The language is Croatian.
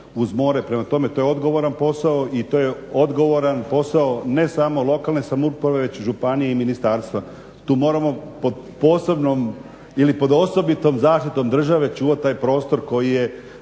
uz more. Prema tome to je odgovoran posao i to je odgovoran posao ne samo lokalne samouprave već županije i ministarstva. Tu moramo pod posebnom ili pod osobitom zaštitom države čuvati taj prostor koji je